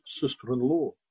sister-in-law